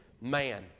man